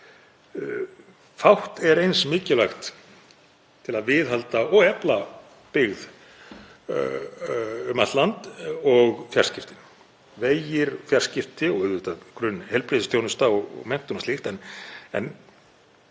Fátt er eins mikilvægt til að viðhalda og efla byggð um allt land og fjarskiptin. Vegir, fjarskipti og auðvitað grunnheilbrigðisþjónusta og menntun og slíkt en